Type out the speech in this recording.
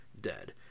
Dead